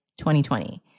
2020